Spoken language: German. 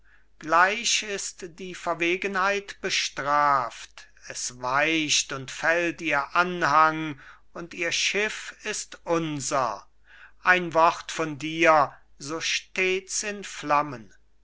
gleich ist die verwegenheit bestraft es weicht und fällt ihr anhang und ihr schiff ist unser ein wort von dir so steht's in flammen